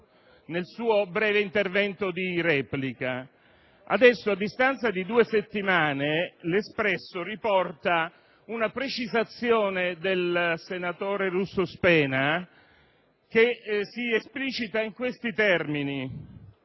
nel suo breve intervento di replica. Adesso, a distanza di due settimane, il settimanale «L'espresso» riporta una precisazione del senatore Russo Spena che si esplicita nei seguenti termini.